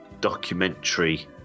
documentary